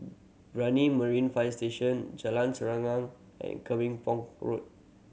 Brani Marine Fire Station Jalan Serengam and Pong Road